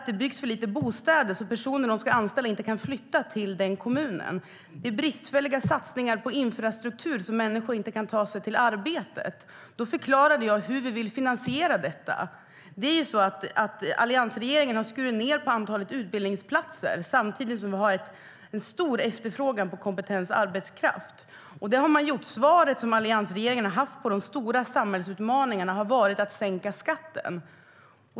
Det byggs för lite bostäder, så personen som de vill anställa kan inte flytta till den kommunen. Det är bristfälliga satsningar på infrastruktur så att människor inte kan ta sig till arbetet. Då förklarade jag hur vi vill finansiera detta. Alliansregeringen skar ned på antalet utbildningsplatser, samtidigt som det finns en stor efterfrågan på kompetent arbetskraft. Svaret som alliansregeringen har haft på de stora samhällsutmaningarna har varit att sänka skatten.